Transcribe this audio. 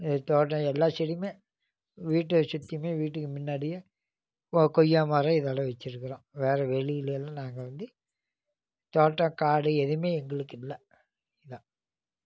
தோட்டம் எல்லாம் செடியும் வீட்டை சுற்றிமே வீட்டுக்கு முன்னாடி கொய்யா மரம் இதெல்லாம் வச்சுருக்கோம் வேறு வெளியில் எல்லாம் நாங்கள் வந்து தோட்டம் காடு எதும் எங்களுக்கு இல்லை இதான்